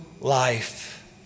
life